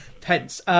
pence